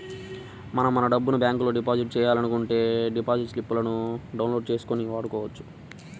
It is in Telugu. మనం మన డబ్బును బ్యాంకులో డిపాజిట్ చేయాలనుకుంటే డిపాజిట్ స్లిపులను డౌన్ లోడ్ చేసుకొని వాడుకోవచ్చు